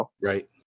Right